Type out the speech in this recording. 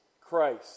Christ